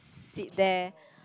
seat there